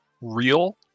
real